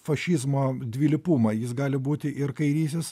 fašizmo dvilypumą jis gali būti ir kairysis